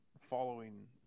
following